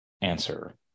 answer